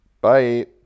Bye